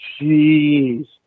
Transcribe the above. jeez